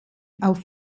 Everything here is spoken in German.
auf